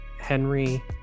henry